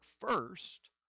first